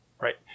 Right